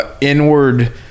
inward